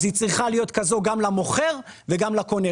אז היא צריכה להיות כזו גם למוכר וגם לקונה.